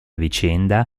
vicenda